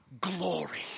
glory